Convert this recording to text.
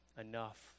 Enough